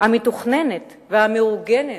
המתוכננת והמאורגנת,